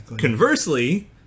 conversely